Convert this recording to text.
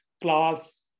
class